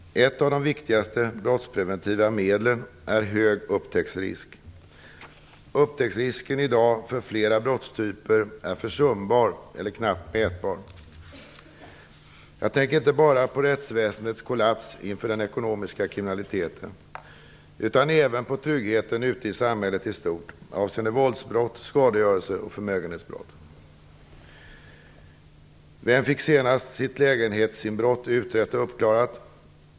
Ett av de viktigaste brottspreventiva medlen är hög upptäcksrisk. Upptäcksrisken i dag för flera typer av brott av försumbar eller knappt mätbar. Jag tänker inte bara på rättsväsendets kollaps inför den ekonomiska kriminaliteten utan även på tryggheten i samhället i stort avseende våldsbrott, skadegörelse och förmögenhetsbrott. Vem fick senast sitt lägenhetsinbrott utrett och uppklarat?